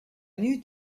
new